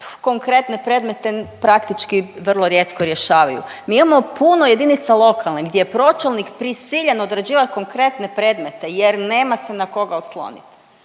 konkretne predmete praktički vrlo rijetko i rješavaju, mi imamo puno jedinica lokalne gdje je pročelnik prisiljen određivati konkretne predmete jer nema se na koga osloniti